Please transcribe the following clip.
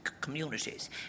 communities